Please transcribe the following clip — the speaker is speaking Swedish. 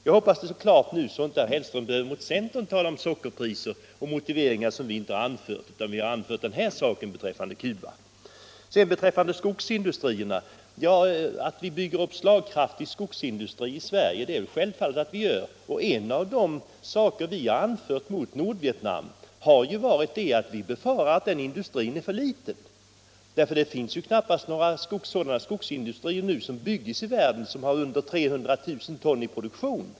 Jag hoppas att det står klart nu, så att inte herr Hellström behöver tala om sockerpriser när det gäller centerns inställning till Cuba; det är det jag nu nämnt som vi anfört beträffande Cuba. Vad sedan beträffar skogsindustrierna är det självfallet att vi bygger upp slagkraftig skogsindustri i Sverige. Ett av de argument som vi anfört mot skogsindustri i Nordvietnam har varit att vi befarar att den industrin är för liten. Det byggs knappast några skogsindustrier nu i världen som har under 300 000 tons produktion.